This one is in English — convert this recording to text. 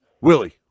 willie